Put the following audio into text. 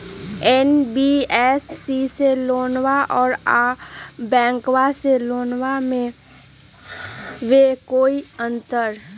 NBFC से लोनमा आर बैंकबा से लोनमा ले बे में कोइ अंतर?